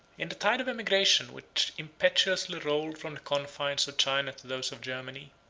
in the tide of emigration which impetuously rolled from the confines of china to those of germany,